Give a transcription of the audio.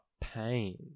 pain